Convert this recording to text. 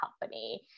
company